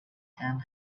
and